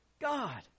God